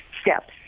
steps